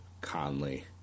Conley